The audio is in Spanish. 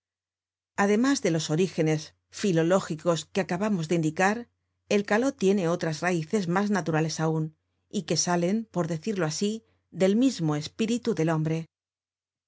además de los orígenes filológicos que acababamos de indicar el caló tiene otras raices mas naturales aun y que salen por decirlo asi del mismo espíritu del hombre